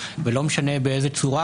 כן, בדיוק.